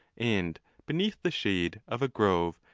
and beneath the shade of a grove,